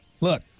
Look